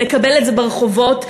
נקבל את זה ברחובות,